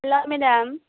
hello madam